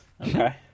okay